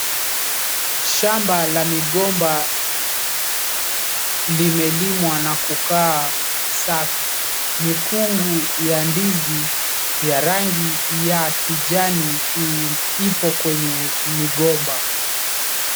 Shamba la migomba limelimwa na kukaa safi. Mikungu ya ndizi ya rangi ya kijani ipo kwenye migomba.